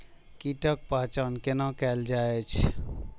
कीटक पहचान कैना कायल जैछ?